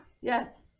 Yes